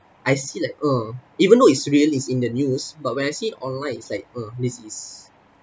I see like oh even though it's real it's in the news but when I see it online it's like oh this is